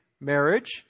Marriage